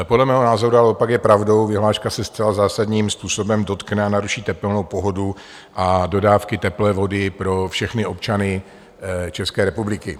Podle mého názoru ale opak je pravdou, vyhláška se zcela zásadním způsobem dotkne a naruší tepelnou pohodu a dodávky teplé vody pro všechny občany České republiky.